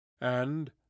And